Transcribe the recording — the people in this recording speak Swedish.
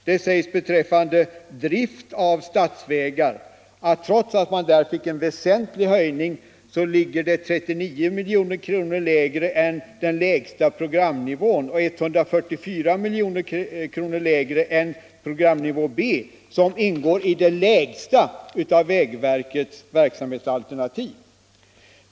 Det sägs beträffande drift av statsvägar att trots att man fick en väsentlig ökning ligger anslaget 39 milj.kr. lägre än den lägsta programnivån och 144 milj.kr. lägre än programnivå B som ingår i det lägsta av vägverkets verksamhetsalternativ.